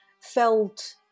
felt